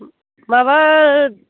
माबा